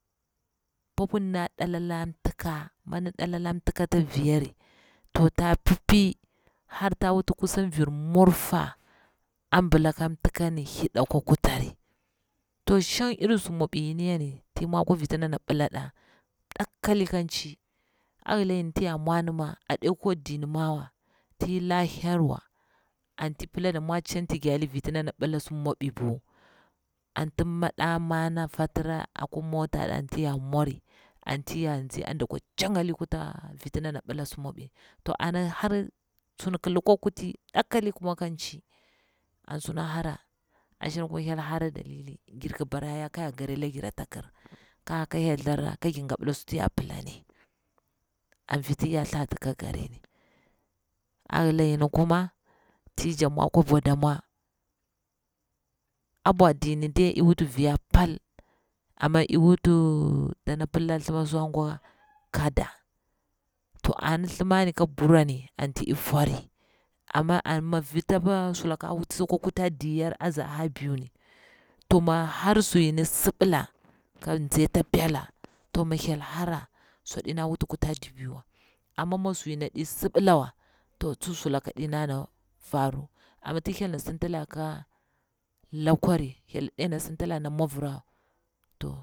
Popu ni nɗa dola la mtika, mi ɗik dalla la mtika mi ata viyari to ta pipi har ta wut kuson vir mwata ambila ka mtikani hida akwa kutari, b nshang iri su mwabi yore yini ti mwa akwa viti ndana billa nɗa mdakali ka nchi, a hila yin ti ya ruwani ma aɗe kwa dini mawa, ti la herwa, a nti pila laɗa mwa tchanti gyali viti ndane bila su mwabi bu, anti mada mana fati na akwa mwa ta nɗa atin ya mworo anti ya tsi anti dakwa tcha ngali kuta viti ndana billa su mwa bi ni, to ana har sunniki hikwa kuti, mdakalai kuma iyi wuti ka li, ashina kuma hyel kri hara njir bare yaru kayar ngari da ngiri a ta kir, ƙe hyel therresa ka njir gabilla suti ya pillami an viti ye thata ka gurini. A hila yini kuma ti jakti mwa akwa bwadamwa, a bwa dini dai i wuti viga pall amma iy wuti dana palla thuma swa nga kada, to ana thlima ni ka bura ni anti iy fari amma an mi viti opa sula ke a wuti tsi akwa ɗi yaru a nza a biu ni, to mi har su yini sibila, ka nzi a ta pela, to mi hyel hara swa dina wut kutadir biu wa amma mi suyini aɗi sibila wata tsu sula ɗi naji ana faru amma tin hyel ana sinti ka nakori helene sauki mwavrima toh.